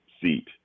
seat